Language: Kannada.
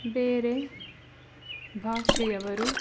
ಬೇರೆ ಭಾಷೆಯವರು